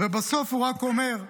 ובסוף הוא רק אומר,